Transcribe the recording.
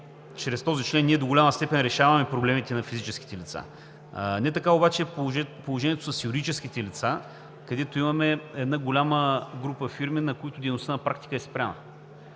Чрез този член ние до голяма степен решаваме проблемите на физическите лица. Не така обаче е положението с юридическите лица, където имаме голяма група фирми, на които дейността на практика е спряна